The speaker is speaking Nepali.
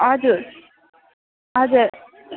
हजुर हजुर